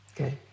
Okay